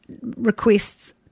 Requests